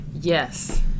Yes